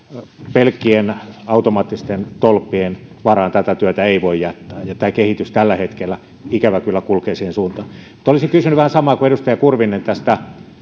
pelkkien automaattisten tolppien varaan tätä työtä ei voi jättää ja kehitys tällä hetkellä ikävä kyllä kulkee siihen suuntaan olisin kysynyt vähän samaa kuin edustaja kurvinen tästä